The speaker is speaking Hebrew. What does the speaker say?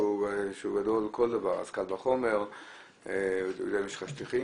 הוא יודע אם יש לך שטיחים,